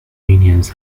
minions